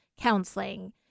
counseling